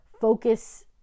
focus